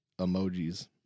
emojis